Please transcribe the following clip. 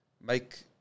make